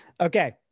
Okay